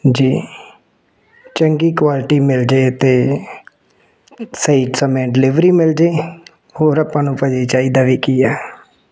ਜੀ ਚੰਗੀ ਕੁਆਲਿਟੀ ਮਿਲ ਜਾਵੇ ਅਤੇ ਸਹੀ ਸਮੇਂ ਡਿਲੀਵਰੀ ਮਿਲ ਜਾਵੇ ਹੋਰ ਆਪਾਂ ਨੂੰ ਭਾਅ ਜੀ ਚਾਹੀਦਾ ਵੀ ਕੀ ਆ